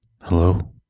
Hello